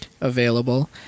available